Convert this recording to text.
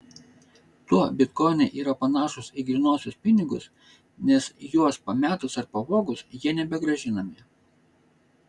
tuo bitkoinai yra panašūs į grynuosius pinigus nes juos pametus ar pavogus jie nebegrąžinami